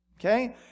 okay